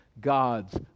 God's